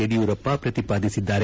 ಯಡಿಯೂರಪ್ಪ ಪ್ರತಿಪಾದಿಸಿದ್ದಾರೆ